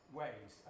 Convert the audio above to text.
ways